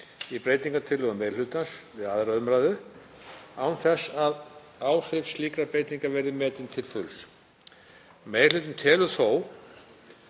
í breytingartillögum meiri hlutans við 2. umr., án þess að áhrif slíkra breytinga verði metin til fulls. Meiri hlutinn telur þó